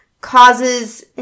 causes